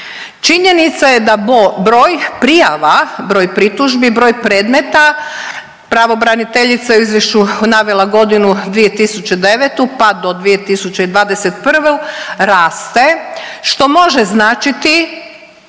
Činjenica je da broj prijava, broj pritužbi, broj predmeta, pravobraniteljica je u izvješću navela godinu 2009., pa do 2021., raste, što može značiti